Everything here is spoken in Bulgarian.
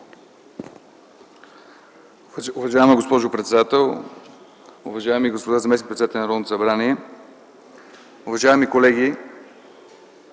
Уважаема госпожо председател, уважаеми господа заместник председатели на Народното събрание, уважаеми колеги!